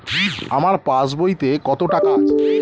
আমার পাস বইতে কত টাকা আছে?